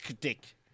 dick